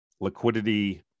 liquidity